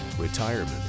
Retirement